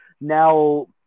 now